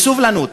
בסובלנות,